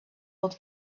old